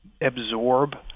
absorb